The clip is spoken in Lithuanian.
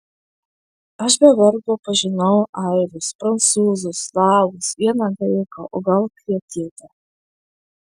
aš be vargo pažinau airius prancūzus slavus vieną graiką o gal kretietį